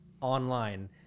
online